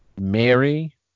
Mary